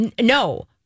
No